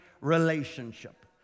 relationship